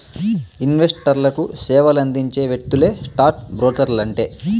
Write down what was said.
ఇన్వెస్టర్లకు సేవలందించే వ్యక్తులే స్టాక్ బ్రోకర్లంటే